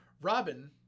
Robin